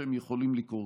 שהם יכולים לקרות.